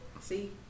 See